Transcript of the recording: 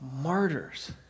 martyrs